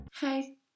hey